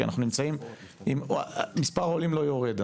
כי אנחנו נמצאם עם מספר עולים לא יורד.